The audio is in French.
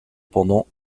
pendant